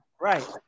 Right